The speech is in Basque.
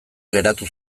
geratu